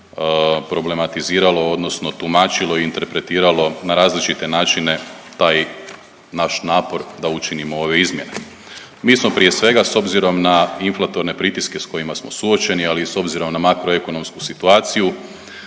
problematiziralo odnosno tumačilo i interpretiralo na različite načine taj naš napor da učinimo ove izmjene. Mi smo prije svega s obzirom na inflatorne pritiske s kojima smo suočeni, ali i s obzirom na makroekonomsku situaciju